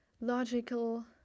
logical